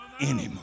anymore